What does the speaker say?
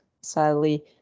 sadly